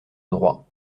droit